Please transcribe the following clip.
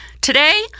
Today